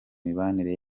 mibanire